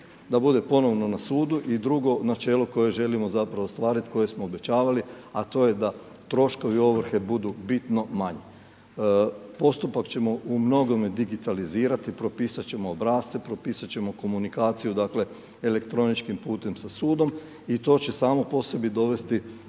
Da bude ponovno na sudu i drugo načelo koje želimo zapravo ostvariti, koje smo obećavali, a to je da troškovi ovrhe budu bitno manji. Postupak ćemo u mnogome digitalizirati, propisat ćemo obrasce, propisat ćemo komunikaciju dakle, elektroničkim putem sa sudom i to će samo po sebi dovesti